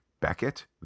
beckett